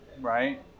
right